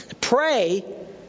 Pray